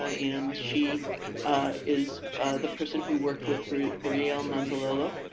ah and she is the person who worked with brielle brielle manzolillo.